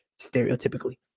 stereotypically